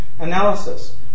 Analysis